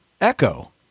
Echo